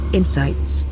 insights